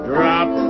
Drop